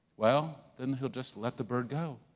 well, then he'll just let the bird go.